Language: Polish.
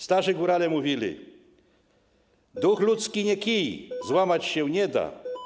Starzy górale mówili: Duch ludzki nie kij, złamać się nie da.